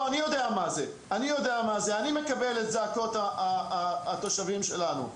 אני יודע מה זה, אני מקבל את זעקות התושבים שלנו.